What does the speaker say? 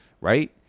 right